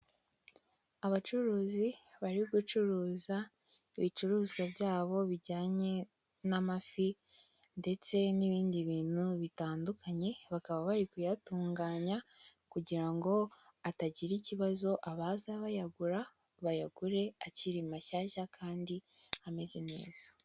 Abacuruzi bari gucuruza ibicuruzwa byabo bijyanye n'amafi ndetse n'ibindi bintu bitandukanye bakaba bari kuyatunganya kugira ngo atagira ikibazo abaza bayagura bayagure akiri mashyashya kandi ameze neza.